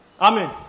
Amen